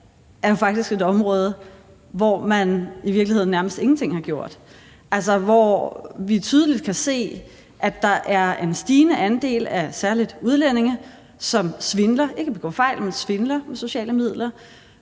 er jo faktisk et område, hvor man i virkeligheden nærmest ingenting har gjort, altså hvor vi tydeligt kan se, at der er en stigende andel af særlig udlændinge, som svindler – ikke begår fejl, men svindler – med sociale midler,